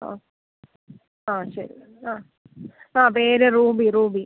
ആ ആ ശരി ആ ആ പേര് റൂബി റൂബി